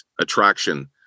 attraction